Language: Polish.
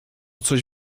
coś